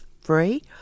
free